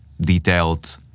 detailed